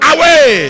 Away